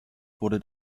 wurde